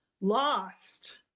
lost